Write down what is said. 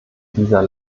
dieser